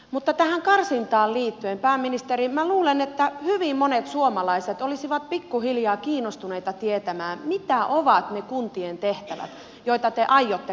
mutta tähän karsintaan liittyen pääministeri minä luulen että hyvin monet suomalaiset olisivat pikkuhiljaa kiinnostuneita tietämään mitä ovat ne kuntien tehtävät joita te aiotte karsia